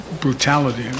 brutality